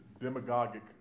demagogic